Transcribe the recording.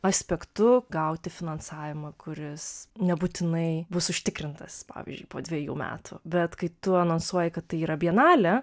aspektu gauti finansavimą kuris nebūtinai bus užtikrintas pavyzdžiui po dvejų metų bet kai tu anonsuoji kad tai yra bienalė